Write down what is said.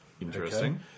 Interesting